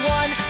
one